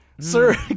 Sir